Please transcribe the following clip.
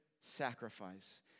sacrifice